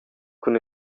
cun